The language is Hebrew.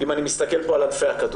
אם אני מסתכל פה על ענפי הכדור.